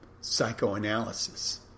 psychoanalysis